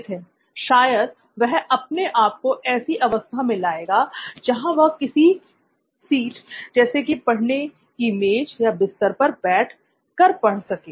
नित्थिन शायद वह अपने आप को ऐसी अवस्था में लाएगा जहां वह किसी सीट जैसे कि पढ़ने की मेज या बिस्तर पर बैठ कर पढ़ सके